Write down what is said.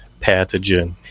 pathogen